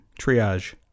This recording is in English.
triage